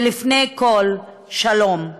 ולפני הכול, שלום.